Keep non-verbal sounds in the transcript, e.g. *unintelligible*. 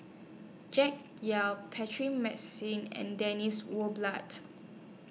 Jack Yao *unintelligible* and Dennis War blood